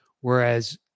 whereas